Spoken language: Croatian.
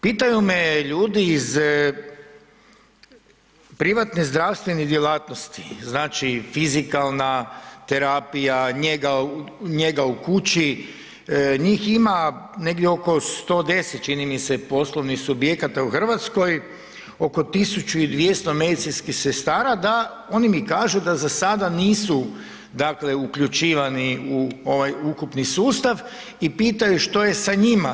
Pitaju me ljudi iz privatne zdravstvene djelatnosti, znači fizikalna terapija, njega u kući, njih ima negdje oko 110 poslovnih subjekata u Hrvatskoj, oko 1.200 medicinskih sestara da, oni mi kažu da za sada nisu dakle uključivani u ovaj ukupni sustav i pitaju što je sa njima.